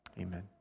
amen